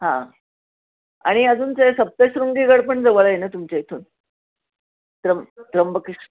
हां आणि अजून ते सप्तशृंगी गड पण जवळ आहे ना तुमच्या इथून त्र्यम त्र्यंबकेश